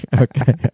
Okay